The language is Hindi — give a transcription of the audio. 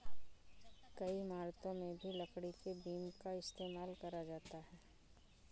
कई इमारतों में भी लकड़ी के बीम का इस्तेमाल करा जाता है